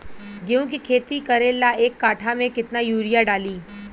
गेहूं के खेती करे ला एक काठा में केतना युरीयाँ डाली?